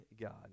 god